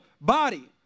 body